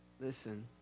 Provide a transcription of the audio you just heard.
listen